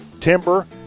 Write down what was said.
timber